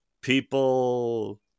people